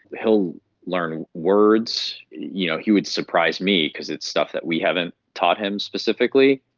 he'll learn words, you know he would surprise me because it's stuff that we haven't taught him specifically.